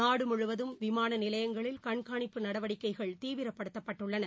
நாடுமுழுவதும் விமானநிலையங்களில் கண்காணிப்பு நடவடிக்கைகள் தீவிரப்படுத்தப்பட்டுள்ளன